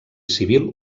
civil